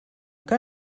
que